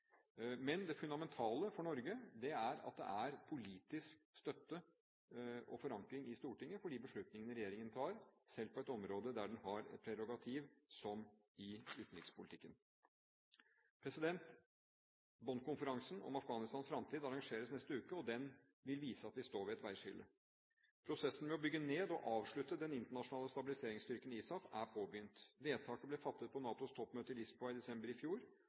Men det fundamentale for Norge er at det er politisk støtte og forankring i Stortinget for de beslutningene regjeringen tar, selv på et område der den har et prerogativ, som i utenrikspolitikken. Bonn-konferansen om Afghanistans fremtid arrangeres neste uke, og den vil vise at vi står ved et veiskille. Prosessen med å bygge ned og avslutte den internasjonale stabiliseringsstyrken ISAF er påbegynt. Vedtaket ble fattet på NATOs toppmøte i Lisboa i desember i fjor,